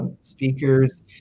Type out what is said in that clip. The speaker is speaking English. speakers